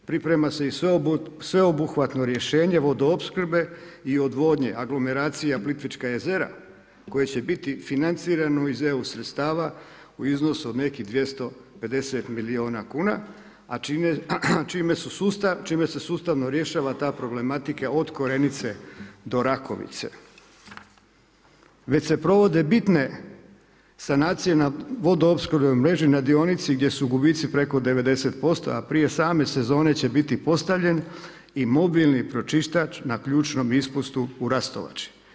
Priprema se i sveobuhvatno rješenje vodoopskrbe i odvodnje, aglomeracija Plitvička jezera koje će biti financirano iz eu sredstava u iznosu od nekih 250 milijuna kuna, a čime se sustavno rješava ta problematika od Korenice do Rakovice već se provode bitne sanacije na vodoopskrbnoj mreži na dionici gdje su gubici preko 90%, a prije same sezone će biti postavljen i mobilni pročistač na ključnom ispustu u Rastovači.